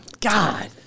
God